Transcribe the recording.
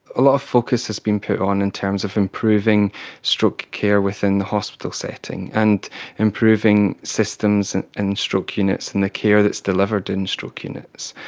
a lot of focus has been put on in terms of improving stroke care within the hospital setting and improving systems and in stroke units and the care that is delivered in the stroke units.